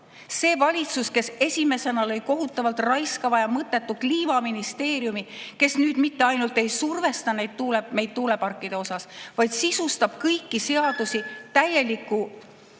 see valitsus, kes esimesena lõi kohutavalt raiskava ja mõttetu Kliimaministeeriumi, nüüd mitte ainult ei survesta meid tuuleparkide pärast, vaid sisustab kõiki seadusi …